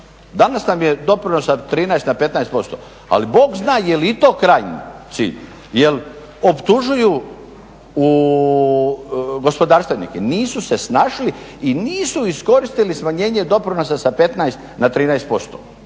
Danas nam je doprinos sa 13 na 15%, ali Bog zna jel i to krajnji cilj jer optužuju gospodarstvenike, nisu se snašli i nisu iskoristili smanjenje doprinosa sa 15 na 13%.